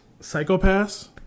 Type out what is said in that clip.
*Psychopaths*